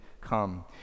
come